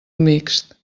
mixt